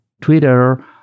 Twitter